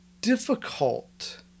difficult